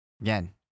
Again